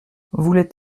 voulait